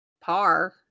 par